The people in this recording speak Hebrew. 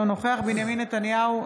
אינו נוכח בנימין נתניהו,